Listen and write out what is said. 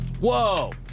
Whoa